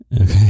Okay